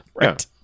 Right